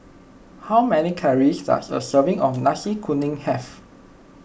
how many calories does a serving of Nasi Kuning have